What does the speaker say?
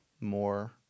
more